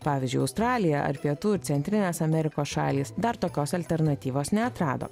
pavyzdžiui australija ar pietų centrinės amerikos šalys dar tokios alternatyvos neatrado